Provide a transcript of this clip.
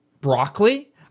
broccoli